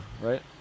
right